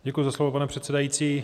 Děkuji za slovo, pane předsedající.